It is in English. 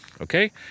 okay